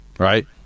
Right